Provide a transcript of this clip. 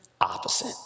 opposite